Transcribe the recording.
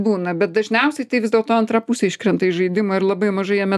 būna bet dažniausiai tai vis dėlto antra pusė iškrenta iš žaidimo ir labai mažai jame